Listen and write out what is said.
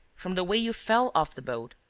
from the way you fell off the boat,